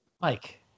Mike